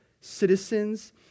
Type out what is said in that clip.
citizens